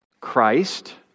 Christ